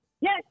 Yes